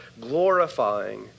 glorifying